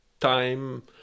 time